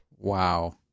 wow